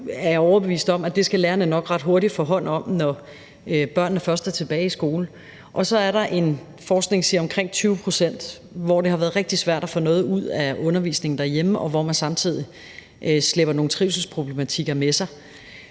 jeg er overbevist om, at det skal lærerne nok ret hurtigt få hånd om, når børnene først er tilbage i skole. Så er der en forskning, der siger, at der er omkring 20 pct., hvor det har været rigtig svært at få noget ud af undervisningen derhjemme, og hvor man samtidig slæber nogle trivselsproblematikker med sig.